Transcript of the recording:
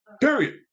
period